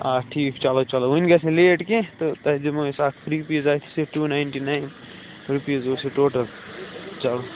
آ ٹھیٖک چھِ چلو چلو وٕنۍ گژھِ نہ لیٹ کیٚنہہ تہٕ تۄہہِ دِمو أسۍ اَکھ فِرٛی پیٖزا صرف ٹوٗ نایِنٹی نایِن رُپیٖز اوس یہِ ٹوٹَل چلو